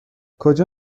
کجا